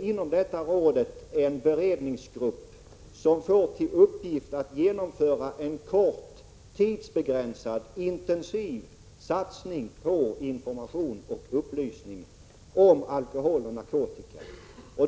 inom detta råd utsett en beredningsgrupp som fått till uppgift att genomföra en kort, tidsbegränsad, intensiv satsning på information och upplysning om alkohol och narkotika.